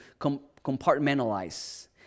compartmentalize